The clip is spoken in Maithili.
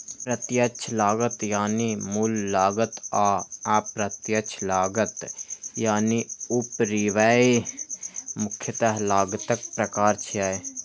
प्रत्यक्ष लागत यानी मूल लागत आ अप्रत्यक्ष लागत यानी उपरिव्यय मुख्यतः लागतक प्रकार छियै